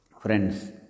Friends